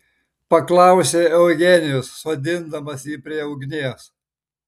paklausė eugenijus sodindamas jį prie ugnies